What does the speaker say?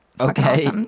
Okay